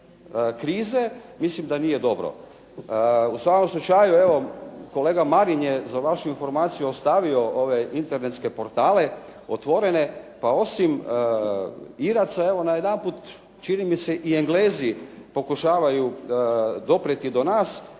krize mislim da nije dobro. U svakom slučaju evo, kolega Marin je za vašu informaciju ostavio ove internetske portale otvorene, pa osim Iraca najedanput čini mi se i Englezi pokušavaju doprijeti do nas